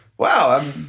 wow,